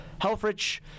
Helfrich